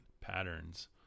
patterns